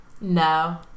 no